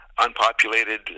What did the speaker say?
unpopulated